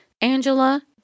Angela